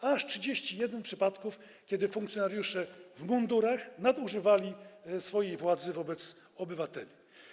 Aż 31 przypadków, w których funkcjonariusze w mundurach nadużywali swojej władzy wobec obywateli.